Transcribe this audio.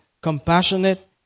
compassionate